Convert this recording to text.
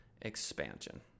expansion